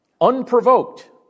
Unprovoked